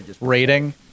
rating